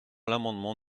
l’amendement